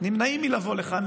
נמנעים מלבוא לכאן,